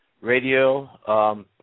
Radio